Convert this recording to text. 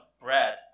bread